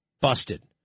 Busted